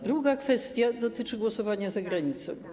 Druga kwestia dotyczy głosowania za granicą.